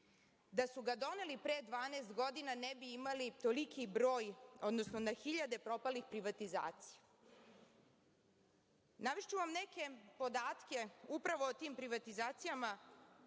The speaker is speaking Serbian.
Da su ga doneli pre 12 godina, ne bi imali toliki broj, odnosno na hiljade propalih privatizacija. Navešću vam neke podatke upravo o tim privatizacijama,